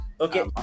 Okay